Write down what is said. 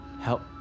Help